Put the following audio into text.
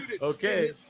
Okay